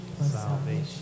salvation